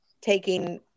taking